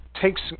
takes